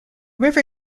river